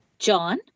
John